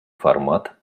формат